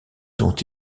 dont